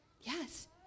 Yes